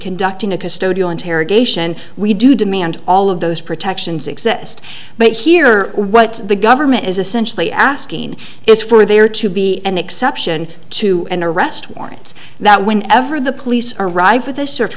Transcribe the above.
conducting a custodial interrogation we do demand all of those protections exist but here what the government is essentially asking is for there to be an exception to an arrest warrants that whenever the police arrive or the search